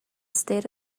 state